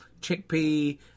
chickpea